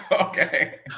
okay